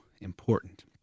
important